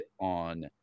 on